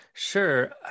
Sure